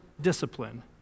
discipline